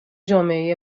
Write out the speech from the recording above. جامعه